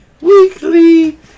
Weekly